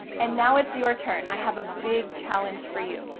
and now, it's your turn. i have a big challenge for you.